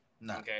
No